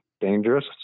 dangerous